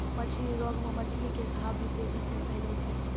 मछली रोग मे मछली के घाव भी तेजी से फैलै छै